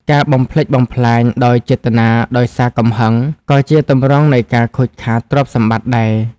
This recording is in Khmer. ការបំផ្លិចបំផ្លាញដោយចេតនាដោយសារកំហឹង ក៏ជាទម្រង់នៃការខូចខាតទ្រព្យសម្បត្តិដែរ។